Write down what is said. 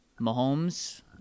Mahomes